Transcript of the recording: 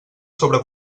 sobre